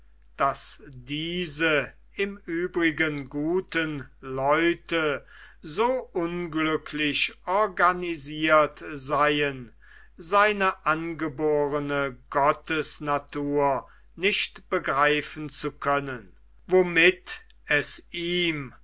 daß diese im übrigen guten leute so unglücklich organisiert seien seine angeborene gottesnatur nicht begreifen zu können womit es ihm